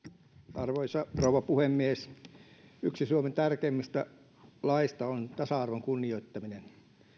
arvoisa rouva puhemies yksi suomen tärkeimmistä laeista on tasa arvon kunnioittaminen